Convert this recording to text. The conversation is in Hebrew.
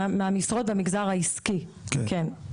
מהמשרות במגזר העסקי, כן.